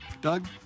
Doug